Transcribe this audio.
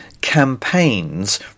campaigns